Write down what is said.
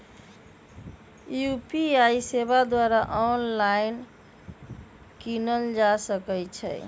UPI सेवा द्वारा online कीनल जा सकइ छइ